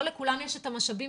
לא לכולם יש המשאבים,